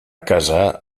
casar